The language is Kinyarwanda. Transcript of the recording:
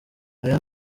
aya